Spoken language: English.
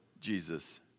Jesus